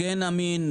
כן אמין,